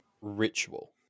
ritual